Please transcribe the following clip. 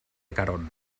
carón